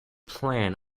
plan